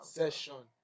session